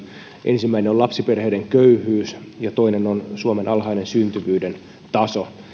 ensimmäinen on lapsiperheiden köyhyys ja toinen on suomen alhainen syntyvyyden taso